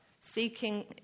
seeking